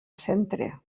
centre